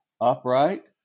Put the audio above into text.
Upright